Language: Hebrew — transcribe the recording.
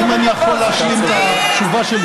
ומייקל אורן לא יצביע, אחרת יהיה פה בג"ץ.